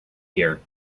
here